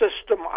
system